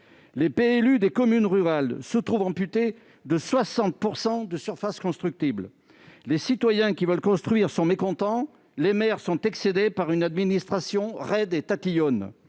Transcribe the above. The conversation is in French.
(PLU) des communes rurales se trouvent ainsi amputés de 60 % de surfaces constructibles. Les citoyens désireux de construire sont mécontents ; les maires excédés par une administration raide et tatillonne.